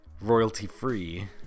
royalty-free